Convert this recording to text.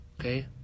okay